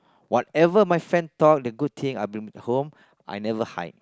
whatever my friend talk the good thing I bring home I never hide